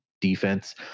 Defense